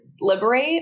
Liberate